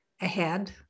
ahead